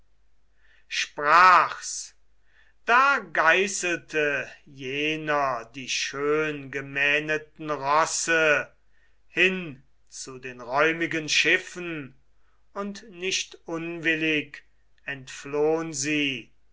sprach's da geißelte jener die schöngemähneten rosse hin zu den räumigen schiffen und nicht unwillig entflohn sie